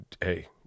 hey